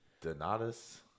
Donatus